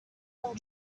some